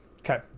Okay